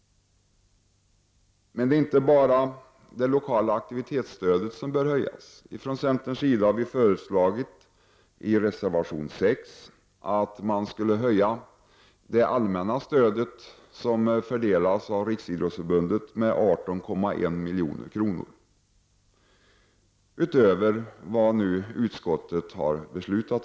Men det är inte bara det lokala aktivitetsstödet som bör höjas. Vi i centerpartiet har i reservation nr 6 föreslagit att man skall höja det allmänna stödet, som fördelas av Riksidrottsförbundet, med 18,1 milj.kr. utöver vad utskottet nu föreslår.